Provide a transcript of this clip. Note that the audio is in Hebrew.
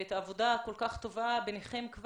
ואת העבודה הכול כך טובה ביניכם,